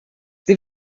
sie